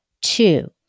Two